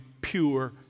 pure